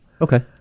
Okay